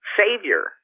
savior